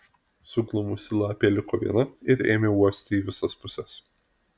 suglumusi lapė liko viena ir ėmė uosti į visas puses